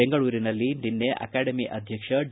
ಬೆಂಗಳೂರಿನಲ್ಲಿ ನಿನ್ನೆ ಅಕಾಡೆಮಿ ಅಧ್ಯಕ್ಷ ಡಿ